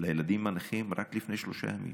לילדים נכים, רק לפני שלושה ימים,